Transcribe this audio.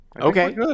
Okay